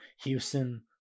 Houston